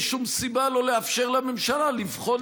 אין שום סיבה לא לאפשר לממשלה לבחון